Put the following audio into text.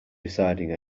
deciding